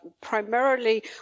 primarily